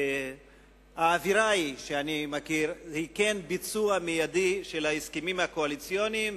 שהאווירה שאני מכיר היא כן ביצוע מיידי של ההסכמים הקואליציוניים,